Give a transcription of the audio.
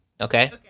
Okay